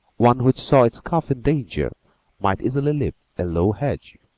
one which saw its calf in danger might easily leap a low hedge.